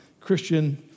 Christian